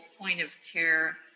point-of-care